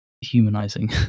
humanizing